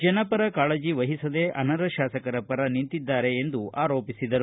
ಜನಪರ ಕಾಳಜಿವಹಿಸದೆ ಅನರ್ಹ ಶಾಸಕರ ಪರ ನಿಂತಿದ್ದಾರೆ ಎಂದು ಆರೋಪಿಸಿದರು